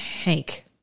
Hank